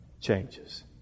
changes